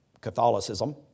Catholicism